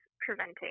preventing